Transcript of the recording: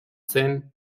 zen